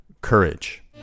courage